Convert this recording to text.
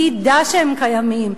מי ידע שהם קיימים?